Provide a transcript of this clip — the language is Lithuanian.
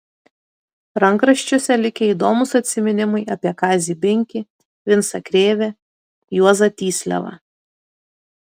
rankraščiuose likę įdomūs atsiminimai apie kazį binkį vincą krėvę juozą tysliavą